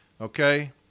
okay